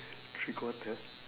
three quarter